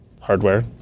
hardware